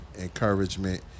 encouragement